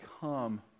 come